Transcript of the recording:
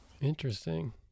Interesting